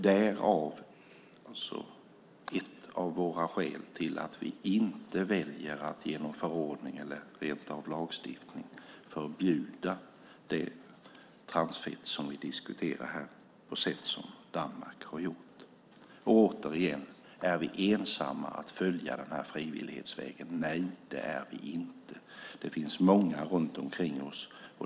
Det är ett av våra skäl till att vi inte väljer att genom förordning eller rentav lagstiftning på det sätt som Danmark har gjort förbjuda det transfett som vi diskuterar här. Man frågar återigen om vi är ensamma om att följa frivillighetsvägen. Nej, det är vi inte. Det finns många runt omkring oss.